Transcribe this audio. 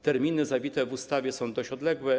Terminy zawite w ustawie są dość odległe.